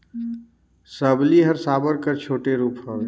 सबली हर साबर कर छोटे रूप हवे